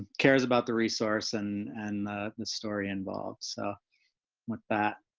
cares about the resource and and the the story involved. so with that